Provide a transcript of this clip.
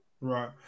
Right